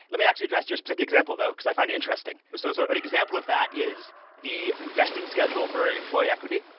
let me actually address your specific example though because i find it interesting. but so so an example of that is the vesting schedule for employee equity.